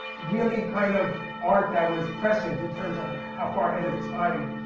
really kind of art that was prescient in terms of of how far ahead of its time.